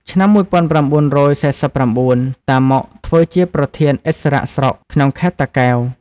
ឆ្នាំ១៩៤៩ តាម៉ុក ធ្វើជាប្រធានឥស្សរៈស្រុក ក្នុងខេត្ត តាកែវ ។